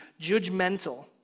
judgmental